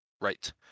right